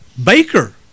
baker